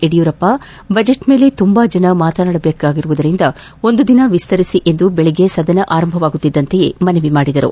Yediyurappa budget ಮೇಲೆ ತುಂಬ ಜನ ಮಾತನಾಡಬೇಕಾಗಿರುವುದರಿಂದ ಒಂದು ದಿನ ವಿಸ್ತರಿಸಿ ಎಂದು ಬೆಳಿಗ್ಗೆ ಸದನ ಆರಂಭವಾಗುತ್ತಿದ್ದಂತೇ ಮನವಿ ಮಾಡಿದರು